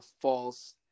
false